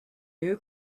new